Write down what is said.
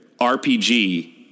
RPG